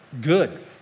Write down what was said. good